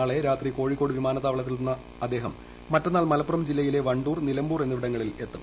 നാളെ രാത്രി കോഴിക്കോട് വിമാനത്താവളത്തിലെത്തുന്ന അദ്ദേഹം മറ്റന്നാൾ മലപ്പുറം ജില്ലയിൽ വണ്ടൂർ നിലമ്പൂർ മണ്ഡലങ്ങളിൽ എത്തും